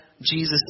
Jesus